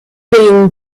being